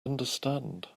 understand